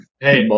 hey